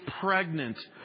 pregnant